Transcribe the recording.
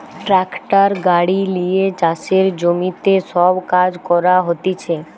tractor গাড়ি লিয়ে চাষের জমিতে সব কাজ করা হতিছে